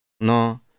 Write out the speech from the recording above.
no